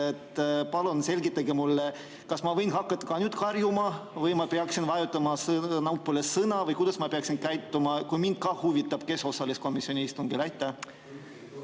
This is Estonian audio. Palun selgitage mulle, kas ma võin hakata ka karjuma või ma peaksin vajutama nupule "Sõna" või kuidas ma peaksin käituma, kui mind ka huvitab, kes osales komisjoni istungil.